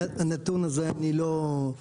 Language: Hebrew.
אני לא מכיר את הנתון הזה, אני לא יודע.